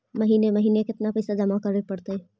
महिने महिने केतना पैसा जमा करे पड़तै?